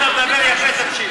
אתה מדבר יפה, תמשיך.